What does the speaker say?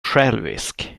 självisk